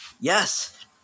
yes